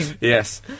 Yes